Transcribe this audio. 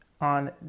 on